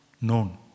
known